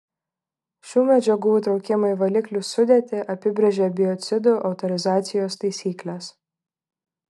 šių medžiagų įtraukimą į valiklių sudėtį apibrėžia biocidų autorizacijos taisyklės